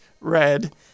red